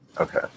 okay